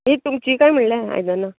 ही तुमचीं कांय म्हणलें आयदनां